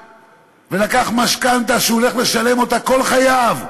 ולקח משכנתה והוא הולך לשלם אותה כל חייו?